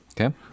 Okay